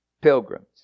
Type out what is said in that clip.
pilgrims